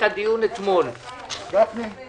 13:00.